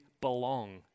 belong